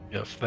Yes